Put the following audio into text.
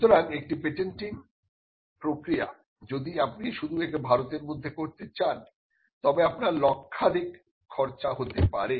সুতরাং একটি পেটেন্টিং প্রক্রিয়া যদি আপনি শুধু একে ভারতের মধ্যে করতে চান তবে আপনার লক্ষাধিক খরচ হতে পারে